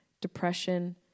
depression